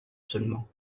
seulement